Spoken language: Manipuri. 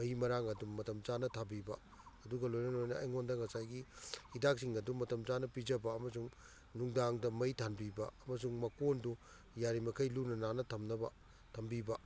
ꯃꯍꯤ ꯃꯔꯥꯡ ꯑꯗꯨꯝ ꯃꯇꯝ ꯆꯥꯅ ꯊꯥꯕꯤꯕ ꯑꯗꯨꯒ ꯂꯣꯏꯅ ꯂꯣꯏꯅꯅ ꯑꯩꯉꯣꯟꯗ ꯉꯁꯥꯏꯒꯤ ꯍꯤꯗꯥꯛꯁꯤꯡ ꯑꯗꯨ ꯃꯇꯝ ꯆꯥꯅ ꯄꯤꯖꯕ ꯑꯃꯁꯨꯡ ꯅꯨꯡꯗꯥꯡꯗ ꯃꯩ ꯊꯥꯟꯕꯤꯕ ꯑꯃꯁꯨꯡ ꯃꯀꯣꯟꯗꯨ ꯌꯥꯔꯤꯕ ꯃꯈꯩ ꯂꯨꯅ ꯅꯥꯟꯅ ꯊꯝꯅꯕ ꯊꯝꯕꯤꯕ